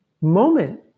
moment